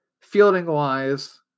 fielding-wise